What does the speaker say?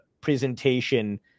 presentation